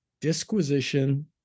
disquisition